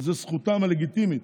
וזאת זכותם הלגיטימית